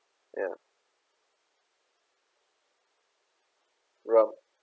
ya rough